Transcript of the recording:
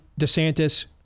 DeSantis